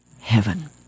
Heaven